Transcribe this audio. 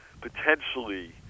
potentially